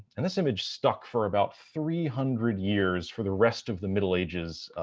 and this image stuck for about three hundred years for the rest of the middle ages, ah,